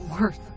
worth